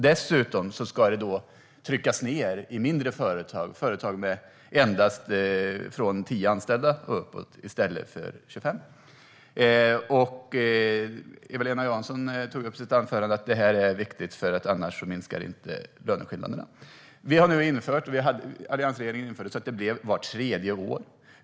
Dessutom ska detta tryckas ned i mindre företag som endast har från 10 anställda och uppåt i stället för 25. Eva-Lena Jansson tog i sitt anförande upp att detta är viktigt för att löneskillnaderna annars inte skulle minska. Alliansregeringen införde en kartläggning vart tredje år.